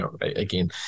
again